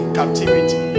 captivity